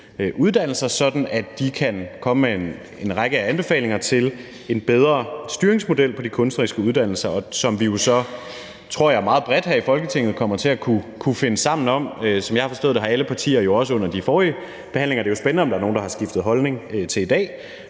uddannelser, sådan at de kan komme med en række anbefalinger til en bedre styringsmodel for de kunstneriske uddannelser, som vi jo så, tror jeg, meget bredt her i Folketinget kommer til at kunne finde sammen om. Som jeg har forstået det, har alle partier jo også under de forrige behandlinger – det er jo spændende, om der er nogle, der har skiftet holdning til i dag